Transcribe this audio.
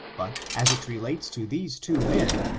but as it relates to these two men,